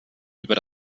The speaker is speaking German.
über